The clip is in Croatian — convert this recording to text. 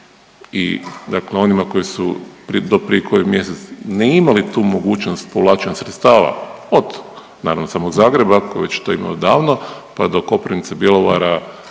i dakle onima koji su do prije koji mjesec ne imali tu mogućnost povlačenja sredstava od naravno ne samo od Zagreba ako već to imaju odavno, pa do Koprivnice, Bjelovara